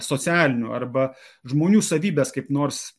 socialinių arba žmonių savybes kaip nors